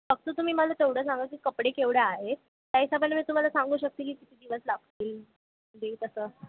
फक्त तुम्ही मला तेवढं सांगा की कपडे केवढे आहेत् त्या हिशोबाने मी तुम्हाला सांगू शकते की किती दिवस लागतील दिन् तसं